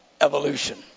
evolution